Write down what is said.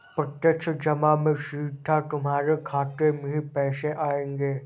प्रत्यक्ष जमा से सीधा तुम्हारे खाते में ही पैसे आएंगे